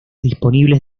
disponibles